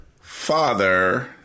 father